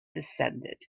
descended